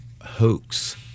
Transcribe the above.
hoax